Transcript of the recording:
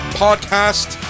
podcast